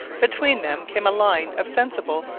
between them came a line of sensible,